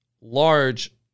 large